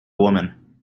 woman